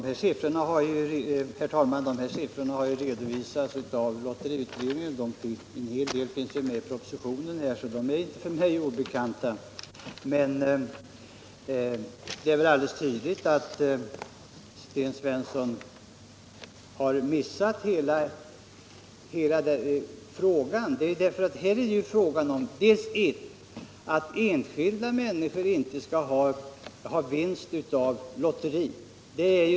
Herr talman! Dessa siffror har redovisats av lotteriutredningen och en hel del finns med i propositionen, så de är inte för mig obekanta. Det är väl alldeles tydligt att Sten Svensson har missat det väsentliga. Här är det fråga om att enskilda människor inte skall få göra vinster på att anordna lotterier.